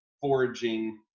foraging